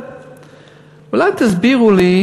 אולי תסבירו לי,